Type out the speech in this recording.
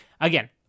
again